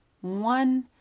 one